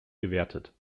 gewertet